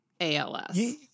ALS